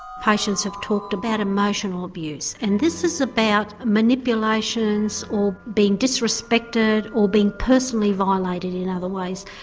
patients have talked about emotional abuse and this is about manipulations or being disrespected or being personally violated in other ways.